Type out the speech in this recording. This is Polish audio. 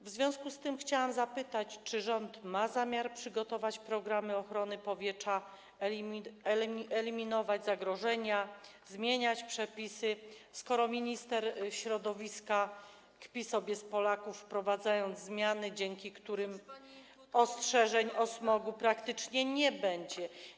W związku z tym chciałabym zapytać: Czy rząd ma zamiar przygotować programy ochrony powietrza, eliminować zagrożenia i zmieniać przepisy, skoro minister środowiska kpi sobie z Polaków, wprowadzając zmiany, dzięki którym ostrzeżeń o smogu właściwie nie będzie?